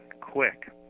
quick